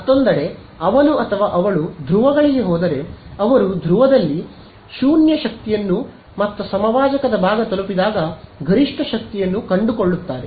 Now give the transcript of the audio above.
ಮತ್ತೊಂದೆಡೆ ಅವನು ಅಥವಾ ಅವಳು ಧ್ರುವಗಳಿಗೆ ಹೋದರೆ ಅವರು ಧ್ರುವದಲ್ಲಿ 0 ಶಕ್ತಿಯನ್ನು ಮತ್ತು ಸಮಭಾಜಕದ ಭಾಗ ತಲುಪಿದಾಗ ಗರಿಷ್ಠ ಶಕ್ತಿಯನ್ನು ಅವರು ಕಂಡುಕೊಳ್ಳುತ್ತಾರೆ